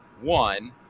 One